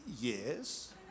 Yes